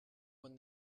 won